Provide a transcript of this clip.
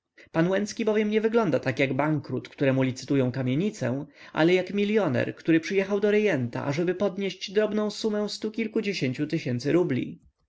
pan łęcki bowiem nie wygląda tak jak bankrut któremu licytują kamienicę ale jak milioner który przyjechał do rejenta ażeby podnieść drobną sumę stu kilkudziesięciu tysięcy rubli